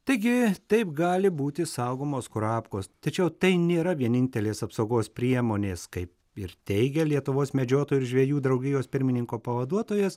taigi taip gali būti saugomos kurapkos tačiau tai nėra vienintelės apsaugos priemonės kaip ir teigia lietuvos medžiotojų ir žvejų draugijos pirmininko pavaduotojas